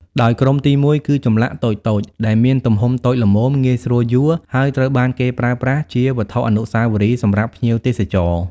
ដោយក្រុមទីមួយគឺចម្លាក់តូចៗ ដែលមានទំហំតូចល្មម ងាយស្រួលយួរ ហើយត្រូវបានគេប្រើប្រាស់ជាវត្ថុអនុស្សាវរីយ៍ សម្រាប់ភ្ញៀវទេសចរណ៍។